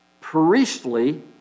priestly